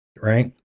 right